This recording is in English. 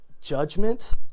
judgment